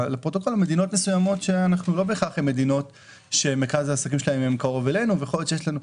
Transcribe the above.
מסוימות שלא בהכרח מרכז העסקים שלהן קרוב אלינו.